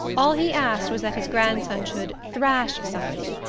all he asked was that his grandson should thrash somebody,